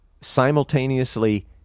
simultaneously